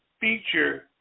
feature